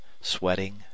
sweating